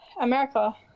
America